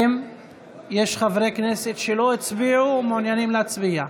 האם יש חברי כנסת שלא הצביעו ומעוניינים להצביע?